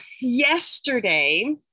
yesterday